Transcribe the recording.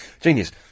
genius